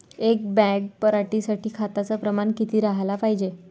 एक बॅग पराटी साठी खताचं प्रमान किती राहाले पायजे?